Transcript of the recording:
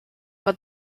but